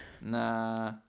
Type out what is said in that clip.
Nah